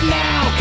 now